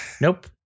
Nope